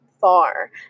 far